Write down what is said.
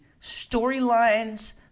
storylines